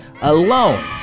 alone